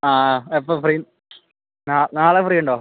ആ എപ്പോൾ ഫ്രീ നാളെ ഫ്രീയുണ്ടോ